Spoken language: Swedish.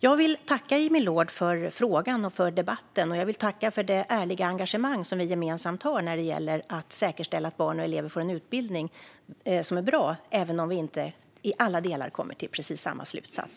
Jag vill tacka Jimmy Loord för interpellationen och för debatten. Jag vill också tacka för det ärliga engagemang som vi gemensamt har när det gäller att säkerställa att barn och elever får en utbildning som är bra, även om vi inte i alla delar kommer till precis samma slutsats.